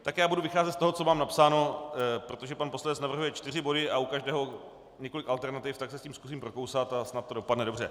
Tak já budu vycházet z toho, co mám napsáno, protože pan poslanec navrhuje čtyři body a u každého několik alternativ, tak se tím zkusím prokousat a snad to dopadne dobře.